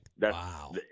Wow